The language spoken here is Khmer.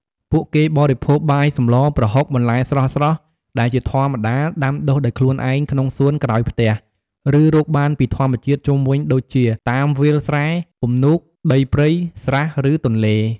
ពួកគេបរិភោគបាយសម្លរ ប្រហុក បន្លែស្រស់ៗ ដែលជាធម្មតាដាំដុះដោយខ្លួនឯងក្នុងសួនក្រោយផ្ទះ ឬរកបានពីធម្មជាតិជុំវិញដូចជា តាមវាលស្រែ ពំនូក ដីព្រៃ ស្រះ ឬទន្លេ។